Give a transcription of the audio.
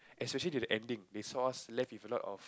especially to the ending they saw us left with a lot of